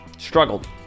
Struggled